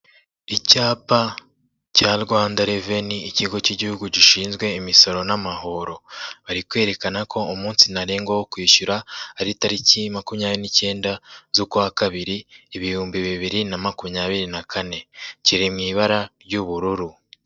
Icyapa cya Rwanda reveni ikigo cy'igihugu gishinzwe imisoro n'amahoro. Bari kwerekana ko umunsi ntarengwa wo kwishyura, ari tariki makumyabiri n' icyenda z'ukwa Kabiri, ibihumbi bibiri na makumyabiri na kane. Kiri mu ibara ry'ubururu.